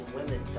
women